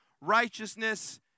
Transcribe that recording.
righteousness